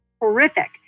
horrific